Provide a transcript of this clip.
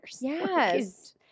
Yes